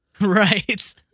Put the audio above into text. Right